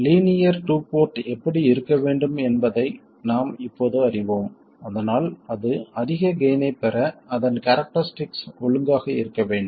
linear two port எப்படி இருக்க வேண்டும் என்பதை நாம் இப்போது அறிவோம் அதனால் அது அதிக கெய்ன் ஐப் பெற அதன் கேரக்டரிஸ்டிக்ஸ் ஒழுங்காக இருக்க வேண்டும்